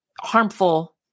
harmful